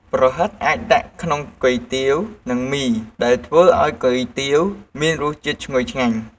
ប្រហិតអាចដាក់ក្នុងគុយទាវ និងមី ដែលធ្វើឱ្យគុយទាវមានរសជាតិឈ្ងុយឆ្ងាញ់។